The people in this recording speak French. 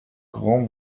grand